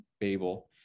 Babel